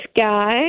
guy